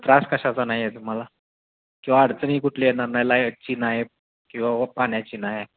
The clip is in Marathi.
त्रास कशाचा नाही आहे तुम्हाला किंवा अडचणी कुठली येणार नाही लायटची नाही किंवा व पाण्याची नाही